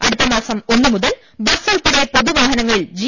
അടുത്തമാസം ഒന്നുമുതൽ ബസ് ഉൾപ്പെടെ പൊതുവാഹന ങ്ങളിൽ ജി